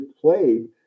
played